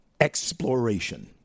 exploration